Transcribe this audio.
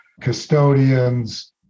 custodians